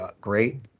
great